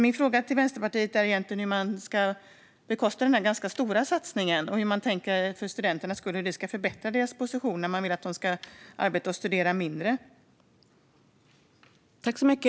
Min fråga till Vänsterpartiet är hur man ska bekosta denna ganska stora satsning och hur man tänker att det ska förbättra studenternas position när man vill att de ska arbeta och studera mindre.